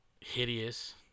hideous